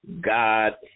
god